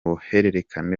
ruhererekane